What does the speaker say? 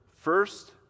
first